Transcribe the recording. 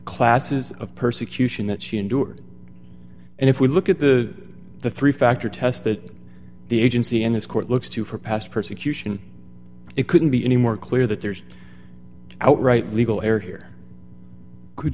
classes of persecution that she endured and if we look at the the three factor test that the agency and this court looks to for past persecution it couldn't be any more clear that there's outright legal error here could